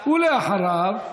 ואחריו,